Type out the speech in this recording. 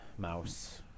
mouse